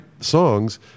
songs